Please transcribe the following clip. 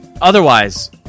otherwise